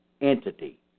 entity